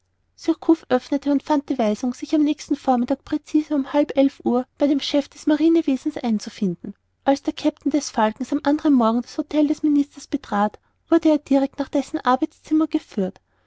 und fand die weisung sich am nächsten vormittag präcis halb elf uhr bei dem chef des marinewesens einzufinden als der kapitän des falken am andern morgen das htel des ministers betrat wurde er direkt nach dessen arbeitszimmer geführt